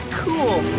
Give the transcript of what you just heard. cool